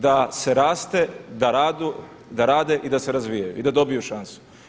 Da se raste, da rade i da se razvijaju i da dobiju šansu.